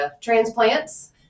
transplants